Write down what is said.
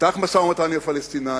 נפתח במשא-ומתן עם הפלסטינים.